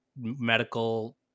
medical